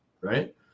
right